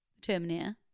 Terminator